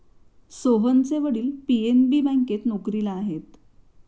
सोहनचे वडील पी.एन.बी बँकेत नोकरीला आहेत